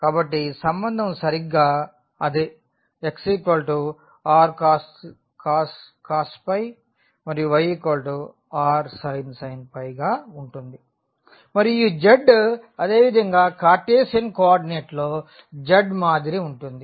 కాబట్టి సంబంధం సరిగ్గా అదే x rcos మరియు y rsin గా ఉంటుంది మరియు ఈ z ఆదేవిదంగా కార్టిసియన్ కో ఆర్డినేట్లో z మదిరె వుంటుంది